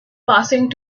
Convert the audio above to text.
passing